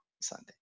Sunday